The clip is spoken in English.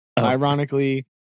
Ironically